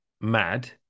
mad